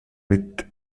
with